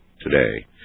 today